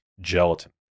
gelatin